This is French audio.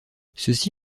ceci